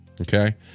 Okay